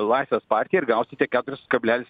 laisvės partija ir gausite keturis kablelis